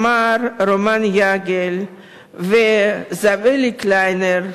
מר רומן יגל וזבלי קליינר,